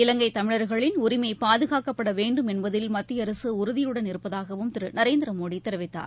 இலங்கை தமிழர்களின் உரிமை பாதுனக்கப்பட வேண்டும் என்பதில் மத்திய அரசு உறுதியுடன் இருப்பதாகவும் திரு நரேந்திர மோடி தெரிவித்தார்